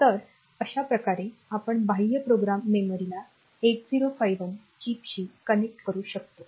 तर अशा प्रकारे आपण बाह्य प्रोग्राम मेमरीला 8051 चिपशी कनेक्ट करू शकतो